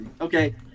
Okay